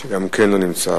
שגם כן לא נמצא.